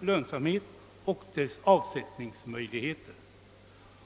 lönsamhet och avsättningsmöjligheter.